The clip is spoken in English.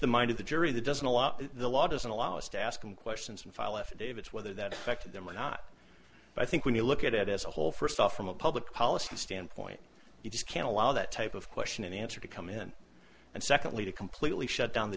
the mind of the jury that doesn't allow the law doesn't allow us to ask them questions and follow affidavits whether that affects them or not i think when you look at it as a whole first off from a public policy standpoint you just can't allow that type of question and answer to come in and secondly to completely shut down the